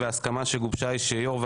והסכמה שגובשה היא שיו"ר,